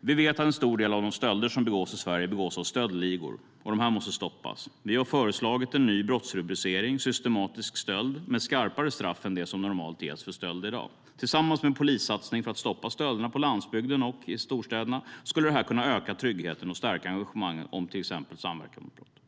Vi vet att en stor del av de stölder som begås i Sverige begås av stöldligor, och de måste stoppas. Vi har föreslagit en ny brottsrubricering, systematisk stöld, med skarpare straff än det som normalt ges för stöld i dag. Tillsammans med en polissatsning för att stoppa stölderna på landsbygden och i storstäderna skulle det här kunna öka tryggheten och stärka engagemang som till exempel samverkan mot brott.